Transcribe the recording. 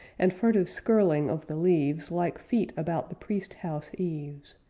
and furtive skirling of the leaves like feet about the priest-house eaves,